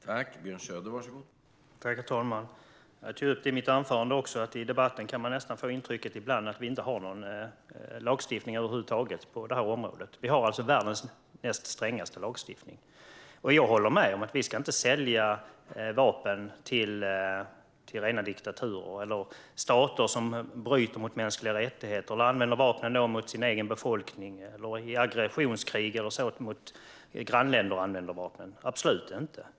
Herr talman! Jag tog upp det även i mitt anförande: I debatten kan man ibland nästan få intrycket att vi inte har någon lagstiftning över huvud taget på det här området. Men vi har alltså världens näst strängaste lagstiftning. Jag håller med om att vi inte ska sälja vapen till rena diktaturer, till stater som bryter mot mänskliga rättigheter, som använder vapen mot sin egen befolkning eller som bedriver aggressionskrig mot grannländer - absolut inte.